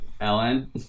Ellen